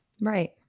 Right